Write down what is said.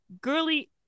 Girly